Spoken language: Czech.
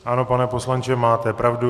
Ano, pane poslanče, máte pravdu.